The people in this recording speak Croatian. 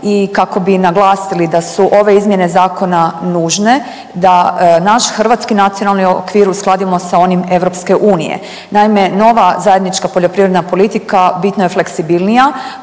i kako bi naglasili da su ove izmjene zakona nužne, da naš hrvatski nacionalni okvir uskladimo sa onim EU. Naime, nova zajednička poljoprivredna politika bitno je fleksibilnija,